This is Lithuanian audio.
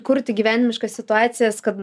kurti gyvenimiškas situacijas kad